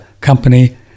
company